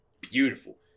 beautiful